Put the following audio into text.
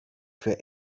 für